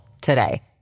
today